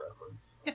reference